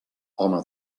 home